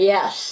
Yes